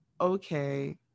okay